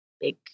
big